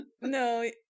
no